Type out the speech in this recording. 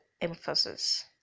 emphasis